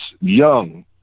Young